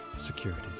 security